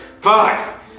Fuck